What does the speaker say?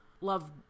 love